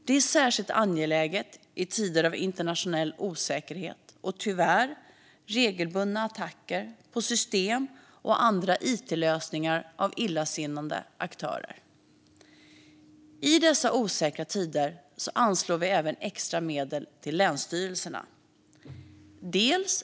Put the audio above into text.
Detta är särskilt angeläget i tider av internationell osäkerhet och, tyvärr, regelbundna attacker på system och andra it-lösningar av illasinnade aktörer. I dessa osäkra tider anslår vi även extra medel till länsstyrelserna.